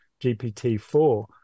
GPT-4